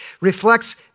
reflects